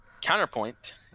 Counterpoint